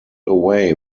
away